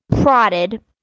prodded